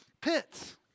pits